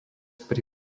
pri